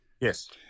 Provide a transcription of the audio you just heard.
Yes